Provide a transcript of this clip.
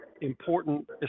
important